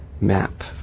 map